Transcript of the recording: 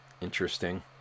interesting